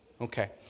Okay